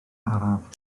araf